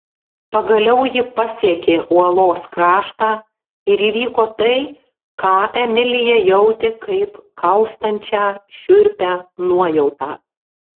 pagaliau ji pasiekė uolos kraštą ir įvyko tai ką emilija jautė kaip kaustančią šiurpią nuojautą